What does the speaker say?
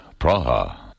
Praha